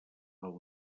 del